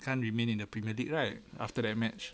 can't remain in the premier league right after that match